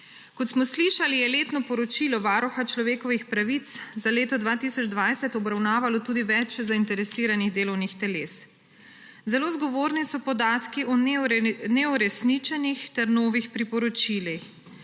Kot smo slišali, je letno poročilo Varuha človekovih pravic za leto 2020 obravnavalo tudi več zainteresiranih delovnih teles. Zelo zgovorni so podatki o neuresničenih ter novih priporočilih.